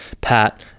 Pat